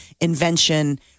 invention